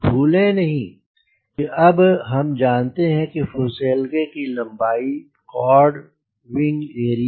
भूले नहीं कि अब हम जानते हैं फुसेलगे की लम्बाई कॉर्ड विंग एरिया